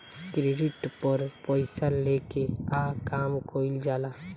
credit पर पइसा लेके आ काम कइल जाला